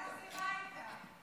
אבל היא מדברת איתה.